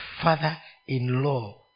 father-in-law